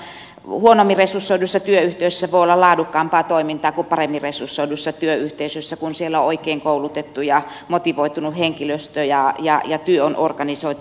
huonommin resursoidussa työyhteisössä voi olla laadukkaampaa toimintaa kuin paremmin resursoidussa työyhteisössä kun siellä on oikein koulutettu ja motivoitunut henkilöstö ja työ on organisoitu järkevästi